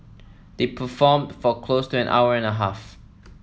they performed for close to an hour and a half